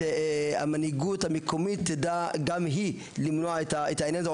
כך שגם המנהיגות המקומית תפעל על מנת לעזור להילחם בבעיה הזאת,